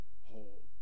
whole